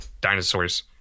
dinosaurs